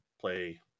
play